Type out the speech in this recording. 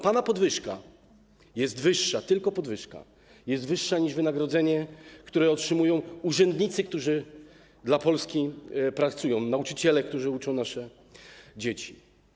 Pana podwyżka, tylko podwyżka, jest wyższa niż wynagrodzenie, które otrzymują urzędnicy, którzy dla Polski pracują, nauczyciele, którzy uczą nasze dzieci.